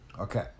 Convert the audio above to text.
Okay